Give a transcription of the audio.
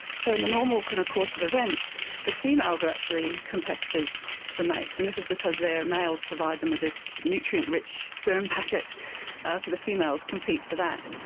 so in the normal kind of course of events the females are actually competitive for mates, and this is because their males provide them with this nutrient rich sperm packet, so the females compete for that.